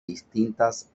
distintas